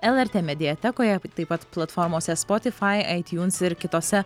lrt mediatekoje taip pat platformose spotifai aitjuns ir kitose